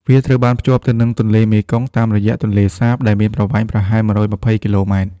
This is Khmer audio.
វាត្រូវបានភ្ជាប់ទៅនឹងទន្លេមេគង្គតាមរយ ទន្លេសាបដែលមានប្រវែងប្រហែល ១២០ គីឡូម៉ែត្រ។